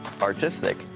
artistic